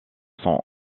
sont